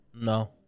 No